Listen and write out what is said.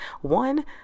one